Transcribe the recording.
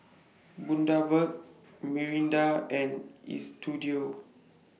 Bundaberg Mirinda and Istudio